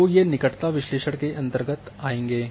तो ये निकट विश्लेषण के अंतर्गत आएंगे